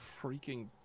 freaking